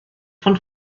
von